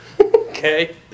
okay